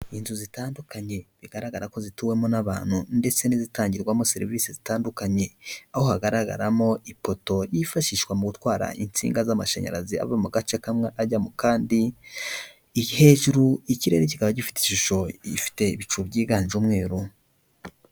Inzu zitandukanye bigaragara ko zituwemo n'abantu ndetse n'izitangirwamo serivisi zitandukanye aho hagaragaramo ifoto yifashishwa mu gutwara insinga z'amashanyarazi ava mu gace kamwe ajya mu kandi iri hejuru ikirere kikaba gifite ishusho ifite ibicu byiganje umwe.